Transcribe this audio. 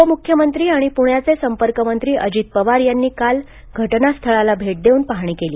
उपमुख्यमंत्री आणि पुण्याचे संपर्कमंत्री अजित पवार यांनी काल घटनास्थळाला भेट देऊन पाहणी केली